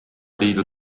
liidu